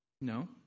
No